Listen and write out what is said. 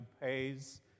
pays